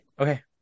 Okay